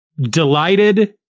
delighted